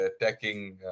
attacking